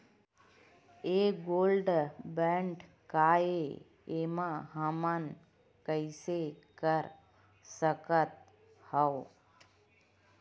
ये gold bond काय ए एमा हमन कइसे कर सकत हव?